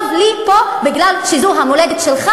טוב לי פה מפני שזאת המולדת שלי,